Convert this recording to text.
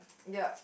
yup